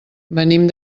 venim